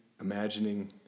imagining